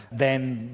then,